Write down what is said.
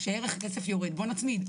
כשערך הכסף יורד, בואו נצמיד.